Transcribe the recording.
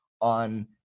on